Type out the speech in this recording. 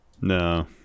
No